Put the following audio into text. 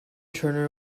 turner